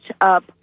up